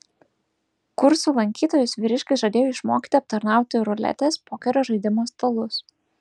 kursų lankytojus vyriškis žadėjo išmokyti aptarnauti ruletės pokerio žaidimo stalus